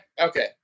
Okay